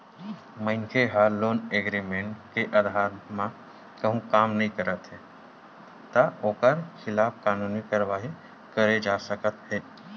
मनखे ह loan agreement के अधार म कहूँ काम नइ करत हे त ओखर खिलाफ कानूनी कारवाही करे जा सकत हे